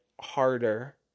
harder